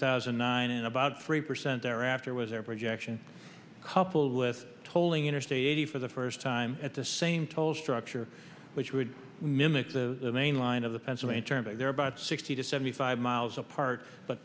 thousand and nine and about three percent thereafter was average action coupled with tolling interstate eighty for the first time at the same tolls structure which would mimic the main line of the pennsylvania turnpike there about sixty to seventy five miles apart but